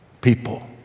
people